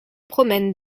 promènent